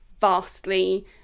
vastly